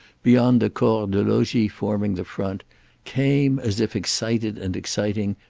beyond the corps de logis forming the front came, as if excited and exciting,